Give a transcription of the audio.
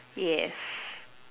yes